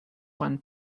when